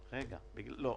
לא.